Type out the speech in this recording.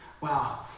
Wow